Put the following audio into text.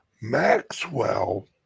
Maxwell